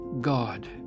God